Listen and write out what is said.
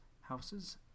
houses